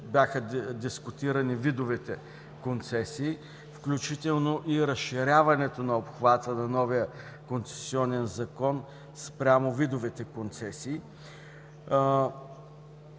бяха дискутирани видовете концесии, включително и разширяването на обхвата на новия концесионен закон спрямо видовете концесии.